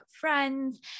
friends